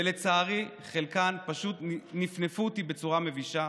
ולצערי חלקן פשוט נפנפו אותי בצורה מבישה,